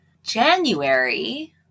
January